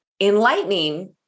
enlightening